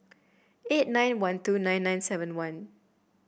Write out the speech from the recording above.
eight nine one two nine nine seven one